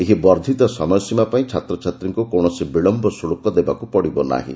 ଏହି ବର୍ବ୍ବିତ ସମୟସୀମା ପାଇଁ ଛାତ୍ରଛାତ୍ରୀଙ୍କୁ କୌଣସି ବିଳମ୍ୟ ଶୁଳ୍କ ଦେବାକୁ ପଡ଼ିବ ନାହିଁ